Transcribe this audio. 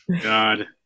God